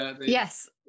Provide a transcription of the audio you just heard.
yes